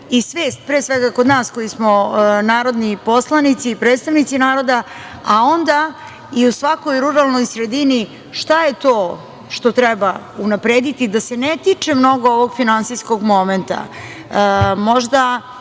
i svest, pre svega kod nas koji smo narodni poslanici i predstavnici naroda, a onda i u svakoj ruralnoj sredini, šta je to što treba unaprediti da se ne tiče mnogo ovog finansijskog momenta, možda